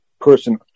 person